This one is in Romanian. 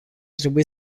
trebui